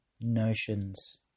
notions